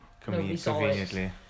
conveniently